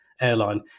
airline